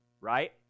right